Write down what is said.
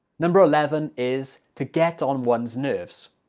number eleven is to get on one's nerves.